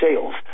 sales